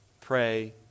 pray